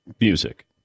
music